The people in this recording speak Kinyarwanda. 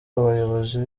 abayobozi